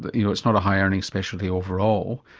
but you know, it's not a high earning specialty overall,